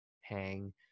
Hang